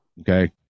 Okay